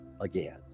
again